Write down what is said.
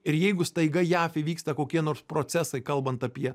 ir jeigu staiga jav įvyksta kokie nors procesai kalbant apie